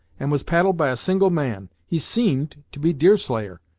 and was paddled by a single man. he seemed to be deerslayer,